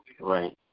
Right